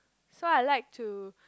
so I like to